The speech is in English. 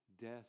death